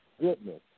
goodness